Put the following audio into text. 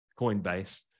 Coinbase